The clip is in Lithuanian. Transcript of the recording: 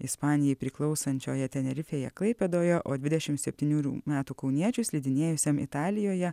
ispanijai priklausančioje tenerifėje klaipėdoje o dvidešimt septynerių metų kauniečiui slidinėjusiam italijoje